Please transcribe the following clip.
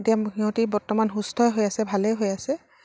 এতিয়া সিহঁতি বৰ্তমান সুস্থ হৈ আছে ভালেই হৈ আছে